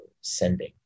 sending